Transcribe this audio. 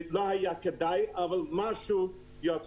זה לא היה כדאי, אבל משהו יצא.